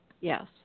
Yes